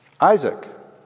Isaac